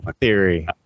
theory